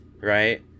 right